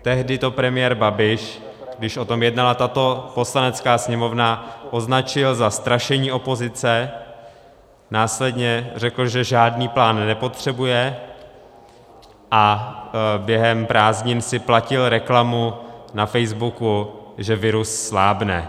Tehdy to premiér Babiš, když o tom jednala tato Poslanecká sněmovna, označil za strašení opozice, následně řekl, že žádný plán nepotřebuje, a během prázdnin si platil reklamu na Facebooku, že virus slábne.